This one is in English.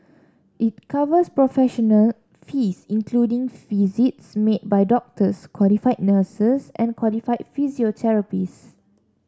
it covers professional fees including visits made by doctors qualified nurses and qualified physiotherapists